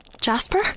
Jasper